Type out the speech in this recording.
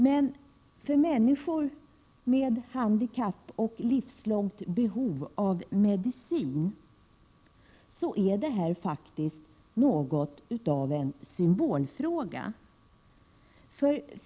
Men för människor med handikapp och livslångt behov av medicin är detta faktiskt något av en symbolfråga.